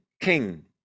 king